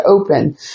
open